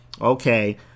okay